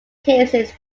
cases